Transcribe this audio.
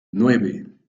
nueve